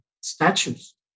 statues